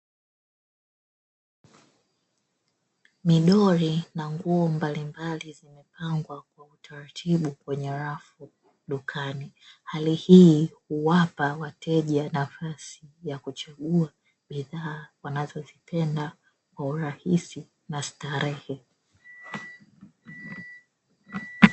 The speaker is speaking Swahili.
Midoli na nguo mbalimbali zimepangwa taratibu kwenye rafu dukani, hali hii huwapa wateja nafasi ya kuchagua bidhaa wanazo zipenda kwa urahisi na starehe.